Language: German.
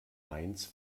mainz